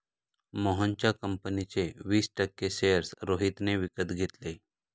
मोहनच्या कंपनीचे वीस टक्के शेअर्स रोहितने विकत घेतले